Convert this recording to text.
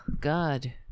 God